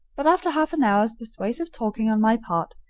but after half an hour's persuasive talking on my part,